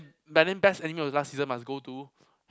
but then best anime of last season must go to